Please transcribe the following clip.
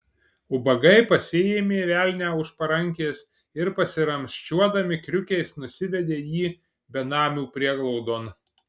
ubagai pasiėmė velnią už parankės ir pasiramsčiuodami kriukiais nusivedė jį benamių prieglaudon